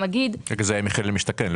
זה היה מחיר למשתכן.